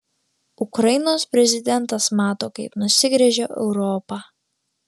ukrainos prezidentas mato kaip nusigręžia europa